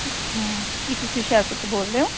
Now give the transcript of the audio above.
ਹਾਂ ਕੀ ਤੁਸੀਂ ਹੁਸ਼ਿਆਰਪੁਰ ਤੋਂ ਬੋਲਦੇ ਹੋ